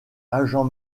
agent